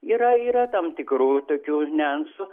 yra yra tam tikrų tokių niuansų